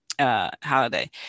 holiday